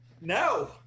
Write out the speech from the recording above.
No